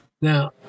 Now